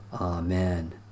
Amen